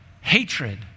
hatred